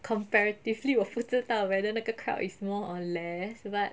comparatively 我不知道 whether 那个 crowd is more or less but